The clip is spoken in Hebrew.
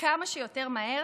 כמה שיותר מהר